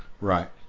Right